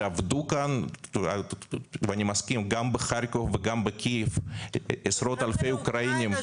היו לנו מקרים שהגיעו לכאן בלי דרכון סתם אזרחים אוקראינים.